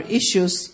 issues